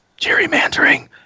Gerrymandering